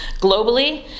Globally